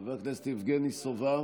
חבר הכנסת יבגני סובה,